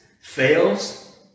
fails